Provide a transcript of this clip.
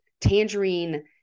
tangerine